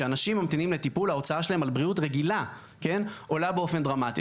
כשאנשים ממתינים לטיפול ההוצאה שלהם על בריאות רגילה עולה באופן דרמטי.